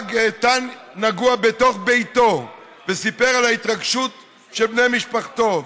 שהרג תן נגוע בתוך ביתו וסיפר על ההתרגשות של בני משפחתו.